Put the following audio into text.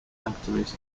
activist